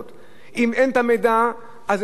אם אין המידע, אז ממילא אי-אפשר.